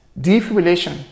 defibrillation